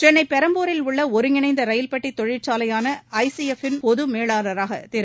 சென்னை பெரம்பூரில் உள்ள ஒருங்கிணைந்த ரயில்பெட்டி தொழிற்சாலையான ஐசிஎஃப் ன் பொதுமேலாளராக திரு